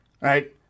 right